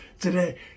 today